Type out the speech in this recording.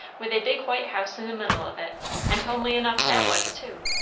with a big white house in the middle of it and homely enough that was too.